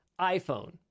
iPhone